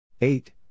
eight